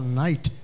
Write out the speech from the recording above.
night